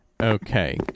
Okay